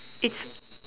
it's